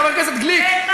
חבר הכנסת גליק,